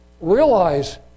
realize